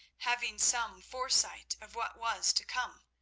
having some foresight of what was to come,